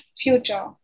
future